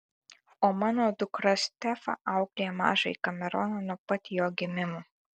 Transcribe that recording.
o mano dukra stefa auklėja mažąjį kameroną nuo pat jo gimimo